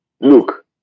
look